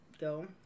go